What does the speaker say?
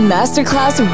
Masterclass